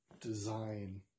design